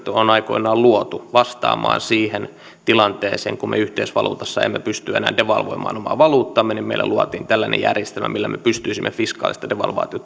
on aikoinaan luotu vastaamaan siihen tilanteeseen kun me yhteisvaluutassa emme pysty enää devalvoimaan omaa valuuttaamme meille luotiin tällainen järjestelmä millä me pystyisimme fiskaalisesti devalvaation